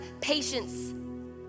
patience